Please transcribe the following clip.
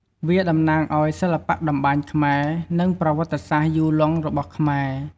វាតំណាងឲ្យសិល្បៈតម្បាញខ្មែរ និងប្រវត្តិសាស្ត្រយូរលង់របស់ខ្មែរ។